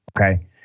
okay